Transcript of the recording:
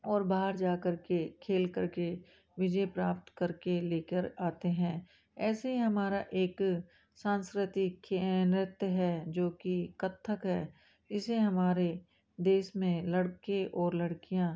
और बाहर जाकर के खेल करके विजय प्राप्त करके लेकर आते हैं ऐसे हमारा एक सांस्कृतिक नृत्य है जो कि कत्थक है इसे हमारे देश में लड़के और लड़कियाँ